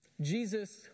Jesus